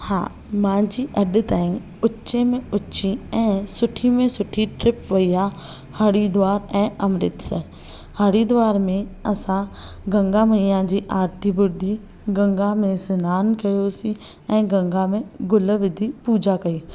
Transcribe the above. हा मुंहिंजी अॼु ताईं उचे में उची ऐ सुठी में सुठी ट्रिप वेई आहे हरिद्वार ऐं अमॄतसर हरिद्वार में असां गंगा मैया जी आरती ॿुधी गंगा में स्नान कयोसीं ऐं गंगा में गुल विझी पूॼा कई